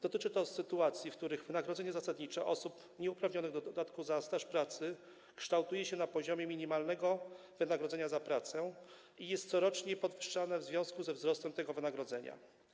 Dotyczy to sytuacji, w których wynagrodzenie zasadnicze osób nieuprawnionych do dodatku za staż pracy kształtuje się na poziomie minimalnego wynagrodzenia za pracę i jest corocznie podwyższane w związku ze wzrostem tego wynagrodzenia.